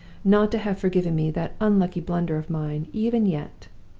not to have forgiven me that unlucky blunder of mine, even yet!